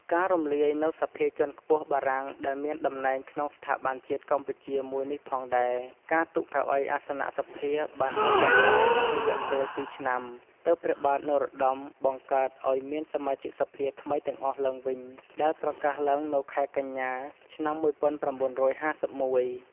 ការរំលាយនៅសភាជាន់ខ្ពស់បារាំងដែលមានតំណែងក្នុងស្ថាប័នជាតិកម្ពុជាមួយនេះផងដែរ ការទុកកៅអីអសនៈសភា បានអូសបន្លាយអស់រយៈពេល ២ឆ្នាំ ទើបព្រះបាទនរោត្តមបង្កើតឱ្យមានសមាជិកសភាថ្មីទាំងអស់ឡើងវិញដែលប្រកាសឡើងនៅខែកញ្ញា ឆ្នាំ ១៩៥១។